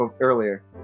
earlier